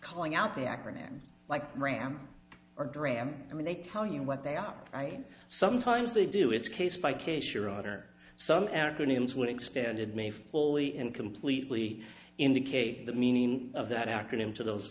calling out the acronyms like ram or dram i mean they tell you what they are right sometimes they do it's case by case your honor some acronyms when expanded may fully and completely indicate the meaning of that acronym to those